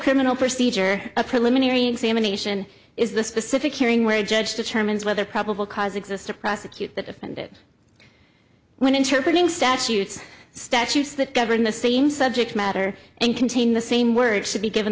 criminal procedure a preliminary examination is the specific hearing where judge determines whether probable cause exists to prosecute that offended when interpret ing statutes statutes that govern the same subject matter and contain the same word should be given